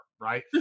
right